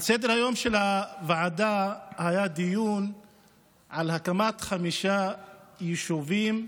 על סדר-היום של הוועדה היה דיון על הקמת חמישה יישובים,